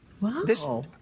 Wow